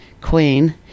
queen